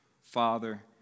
Father